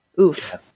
oof